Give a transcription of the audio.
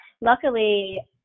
luckily